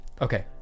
Okay